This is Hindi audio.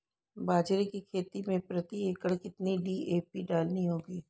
बाजरे की खेती में प्रति एकड़ कितनी डी.ए.पी डालनी होगी?